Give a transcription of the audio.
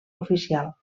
oficial